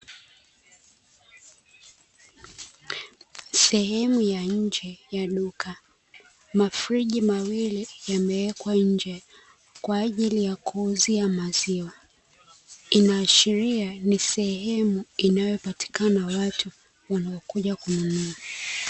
sehemu ya nje ya duka, mafriji mawili yamewekwa nje kwa ajili ya kuuzia maziwa, inaashiria ni sehemu inayopatikana watu wanaokuja kununua.